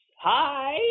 Hi